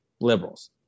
liberals